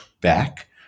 back